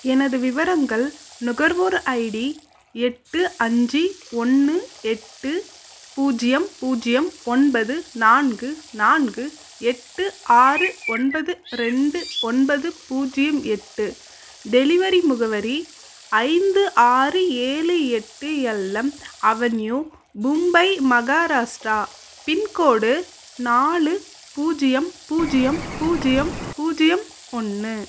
எனது விவரங்கள் நுகர்வோர் ஐடி எட்டு அஞ்சு ஒன்று எட்டு பூஜ்ஜியம் பூஜ்ஜியம் ஒன்பது நான்கு நான்கு எட்டு ஆறு ஒன்பது ரெண்டு ஒன்பது பூஜ்ஜியம் எட்டு டெலிவரி முகவரி ஐந்து ஆறு ஏழு எட்டு L M avenue Mumbai Maharashtra pincode நாலு பூஜ்ஜியம் பூஜ்ஜியம் பூஜ்ஜியம் பூஜ்ஜியம் ஒன்று